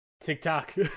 TikTok